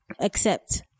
accept